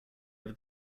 over